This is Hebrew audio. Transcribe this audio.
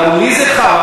גם לי זה חרה.